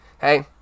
hey